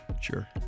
Sure